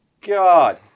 God